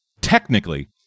technically